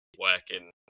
working